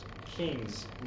Kings